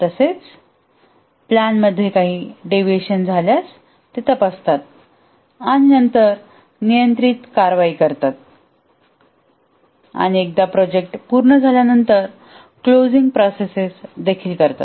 तसेच प्लॅन मध्ये काही डेव्हिएशन झाल्यास ते तपासतात आणि नंतर नियंत्रित कारवाई करतात आणि एकदा प्रोजेक्ट पूर्ण झाल्यानंतर क्लोजिंग प्रोसेस देखील करतात